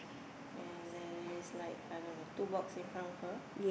and there is like I don't know two box in front of her